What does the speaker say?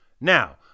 Now